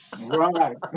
Right